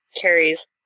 Carrie's